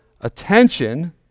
attention